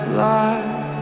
life